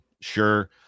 sure